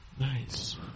Nice